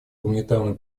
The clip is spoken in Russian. гуманитарную